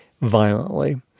violently